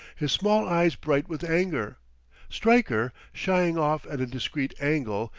his small eyes bright with anger stryker shying off at a discreet angle,